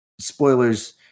Spoilers